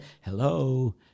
hello